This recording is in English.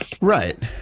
Right